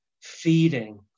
feeding